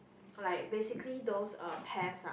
like basically those uh pest ah